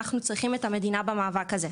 אנחנו צריכים את המדינה במאבק הזה,